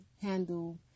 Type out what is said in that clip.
handle